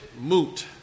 moot